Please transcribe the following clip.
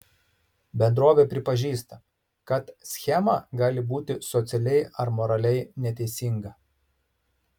bendrovė pripažįsta kad schema gali būti socialiai ar moraliai neteisinga